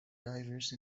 diverse